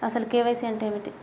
అసలు కే.వై.సి అంటే ఏమిటి?